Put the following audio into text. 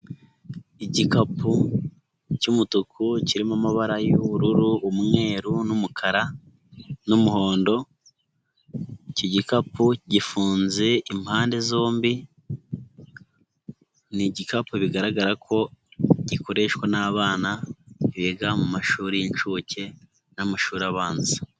Igikapu cy'umutuku kirimo amabara y'ubururu, umweru n'umukara, n'umuhondo, iki gikapu gifunze impande zombi, ni igikapu bigaragara ko gikoreshwa n'abana biga mu mashuri y'inshuke n'amashuri abanza.